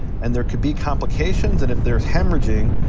and there could be complications, and if there's hemorrhaging,